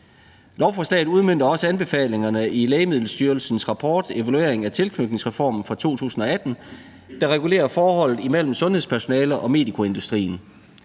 Lovforslaget udmønter også anbefalingerne i Lægemiddelstyrelsens rapport »Evaluering af tilknytningsreformen« fra 2018, der regulerer forholdet imellem sundhedspersonalet og medikoindustrien.